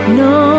no